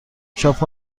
چاپ